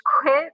quit